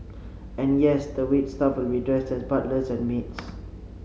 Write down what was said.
and yes the wait staff will be dressed as butlers and maids